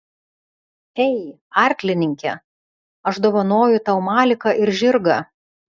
ei arklininke aš dovanoju tau maliką ir žirgą